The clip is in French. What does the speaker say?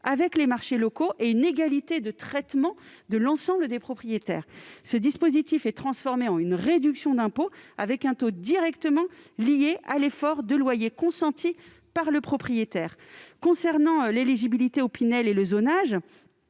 avec les marchés locaux et une égalité de traitement de l'ensemble des propriétaires. De plus, ce dispositif a été transformé en une réduction d'impôt dont le taux est directement lié à l'effort de loyer consenti par le propriétaire. Concernant l'éligibilité au dispositif Pinel et le zonage,